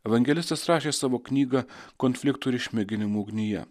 evangelistas rašė savo knygą konfliktų ir išmėginimų ugnyje